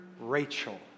Rachel